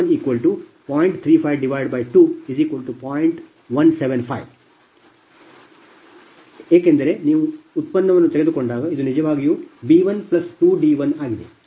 175 ರಿಂದ 2 ಏಕೆಂದರೆ ನೀವು ಉತ್ಪನ್ನವನ್ನು ತೆಗೆದುಕೊಂಡಾಗ ಇದು ನಿಜವಾಗಿ b12d1 ಆಗಿದೆ